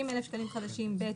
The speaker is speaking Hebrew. לעניין בנק,